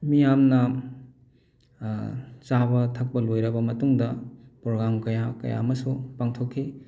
ꯃꯤꯌꯥꯝꯅ ꯆꯥꯕ ꯊꯛꯄ ꯂꯣꯏꯔꯕ ꯃꯇꯨꯡꯗ ꯄ꯭ꯔꯣꯒ꯭ꯔꯥꯝ ꯀꯌꯥ ꯀꯌꯥ ꯑꯃꯁꯨ ꯄꯥꯡꯊꯣꯛꯈꯤ